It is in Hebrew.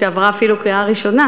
שעברה אפילו קריאה ראשונה,